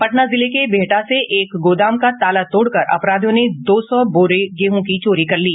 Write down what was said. पटना जिले के बिहटा से एक गोदाम का ताला तोड़कर अपराधियों ने दो सौ बोरे गेहूं की चोरी कर ली